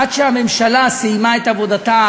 עד שהממשלה סיימה את עבודתה,